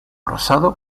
rosado